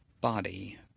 body